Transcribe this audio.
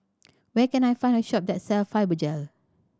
where can I find a shop that sell Fibogel